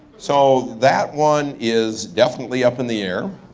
so that one is definitely up in the air.